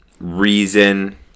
reason